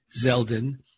Zeldin